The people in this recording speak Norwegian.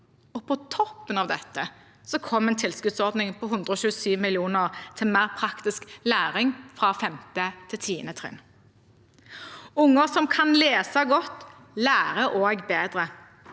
På toppen av dette kommer en tilskuddsordning på 127 mill. kr til mer praktisk læring fra 5. til 10. trinn. Unger som kan lese godt, lærer også bedre.